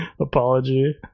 apology